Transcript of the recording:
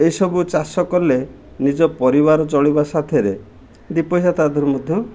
ଏଇସବୁ ଚାଷ କଲେ ନିଜ ପରିବାର ଚଳିବା ସାଥିରେ ଦୁଇ'ପଇସା ତା'ଦେହରୁ ମଧ୍ୟ